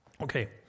Okay